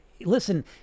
listen